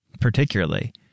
particularly